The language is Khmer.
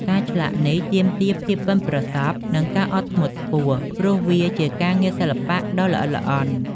ការឆ្លាក់នេះទាមទារភាពប៉ិនប្រសប់ និងការអត់ធ្មត់ខ្ពស់ ព្រោះវាជាការងារសិល្បៈដ៏ល្អិតល្អន់។